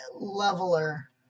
leveler